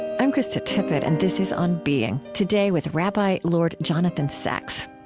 i'm krista tippett and this is on being. today, with rabbi lord jonathan sacks.